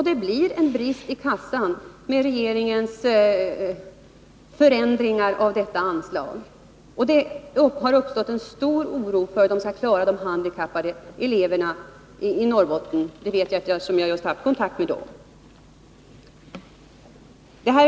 Det blir en brist i kassan med regeringens förändringar av detta anslag. Och det har uppstått stor oro för hur man skall klara de handikappade eleverna i Norrbotten. Det vet jag, eftersom jag just haft kontakter med dem som bor och arbetar där.